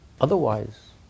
Otherwise